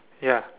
ya